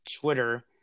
Twitter